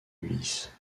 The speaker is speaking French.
ulysse